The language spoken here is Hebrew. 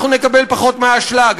אנחנו נקבל פחות מהאשלג,